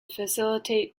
facilitate